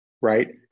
right